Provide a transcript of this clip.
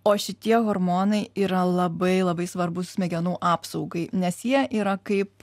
o šitie hormonai yra labai labai svarbūs smegenų apsaugai nes jie yra kaip